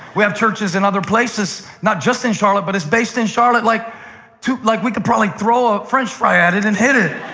we have churches in other places, not just in charlotte, but it's based in charlotte. like like we could probably throw a french fry at it and hit it.